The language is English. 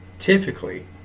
Typically